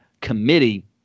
committee